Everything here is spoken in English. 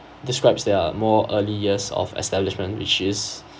describes their more early years of establishment which is